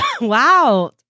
Wow